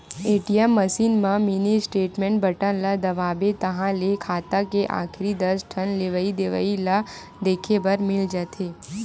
ATM machine म mini statement button ल दबाबे ताहाँले खाता के आखरी दस ठन लेवइ देवइ ल देखे बर मिल जाथे